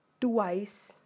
twice